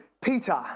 Peter